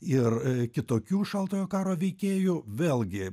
ir kitokių šaltojo karo veikėjų vėlgi